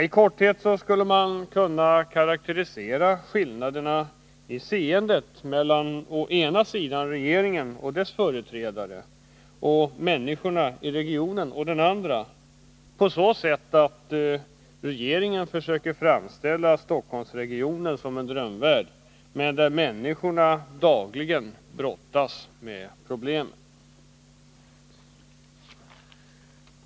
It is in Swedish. I korthet skulle man kunna karakterisera skillnaderna i seendet mellan å ena sidan regeringen och dess företrädare och å andra sidan människorna i regionen på så sätt, att regeringen försöker framställa Stockholmsregionen som en drömvärld, medan människorna dagligen brottas med problemen.